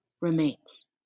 remains